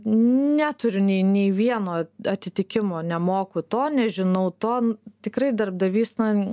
neturiu nei nei vieno atitikimo nemoku to nežinau to tikrai darbdavys na